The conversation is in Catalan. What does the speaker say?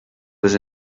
les